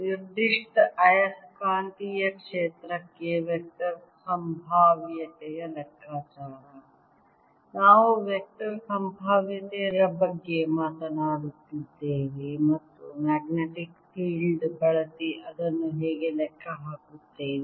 ನಿರ್ದಿಷ್ಟ ಆಯಸ್ಕಾಂತೀಯ ಕ್ಷೇತ್ರಕ್ಕೆ ವೆಕ್ಟರ್ ಸಂಭಾವ್ಯತೆಯ ಲೆಕ್ಕಾಚಾರ ನಾವು ವೆಕ್ಟರ್ ಸಂಭಾವ್ಯತೆಯ ಬಗ್ಗೆ ಮಾತನಾಡುತ್ತಿದ್ದೇವೆ ಮತ್ತು ಮ್ಯಾಗ್ನೆಟಿಕ್ ಫೀಲ್ಡ್ ಬಳಸಿ ಅದನ್ನು ಹೇಗೆ ಲೆಕ್ಕ ಹಾಕುತ್ತೇವೆ